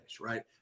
right